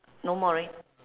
no more right